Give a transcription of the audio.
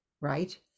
right